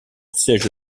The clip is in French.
siège